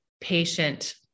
patient